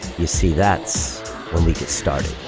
you see, that's when we get started.